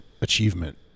achievement